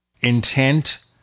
intent